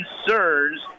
concerns